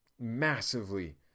massively